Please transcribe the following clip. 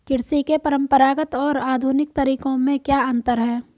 कृषि के परंपरागत और आधुनिक तरीकों में क्या अंतर है?